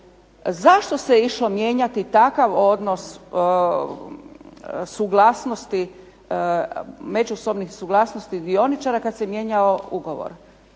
Zašto se išao mijenjati takav odnos suglasnosti, međusobnih suglasnosti dioničara kad se mijenjao ugovor,